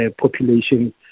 population